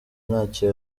ntacyo